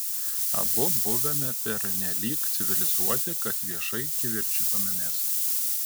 abu buvome pernelyg civilizuoti kad viešai kivirčytumėmės